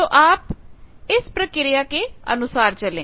तो अब आप इस प्रक्रिया के अनुसार चलें